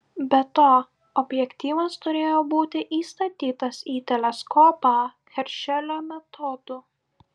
be to objektyvas turėjo būti įstatytas į teleskopą heršelio metodu